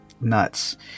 nuts